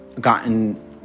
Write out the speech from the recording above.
gotten